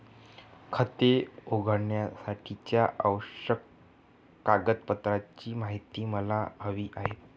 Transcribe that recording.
खाते उघडण्यासाठीच्या आवश्यक कागदपत्रांची माहिती मला हवी आहे